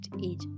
age